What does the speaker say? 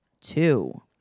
two